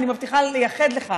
אני מבטיחה לייחד לך